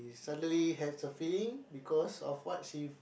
suddenly has a feeling because of what she